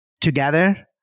Together